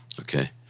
Okay